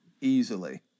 easily